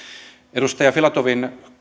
edustaja filatovin